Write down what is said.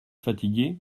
fatigué